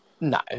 No